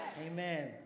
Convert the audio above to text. Amen